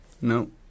No